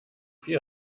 viel